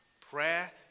Prayer